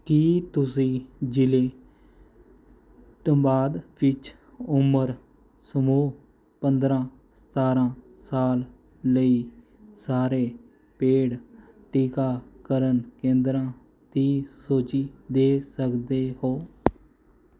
ਕੀ ਤੁਸੀਂ ਜ਼ਿਲ੍ਹੇ ਧੰਬਾਦ ਵਿੱਚ ਉਮਰ ਸਮੂਹ ਪੰਦਰਾਂ ਸਤਾਰਾਂ ਸਾਲ ਲਈ ਸਾਰੇ ਪੇਡ ਟੀਕਾ ਕਰਨ ਕੇਂਦਰਾਂ ਦੀ ਸੂਚੀ ਦੇ ਸਕਦੇ ਹੋ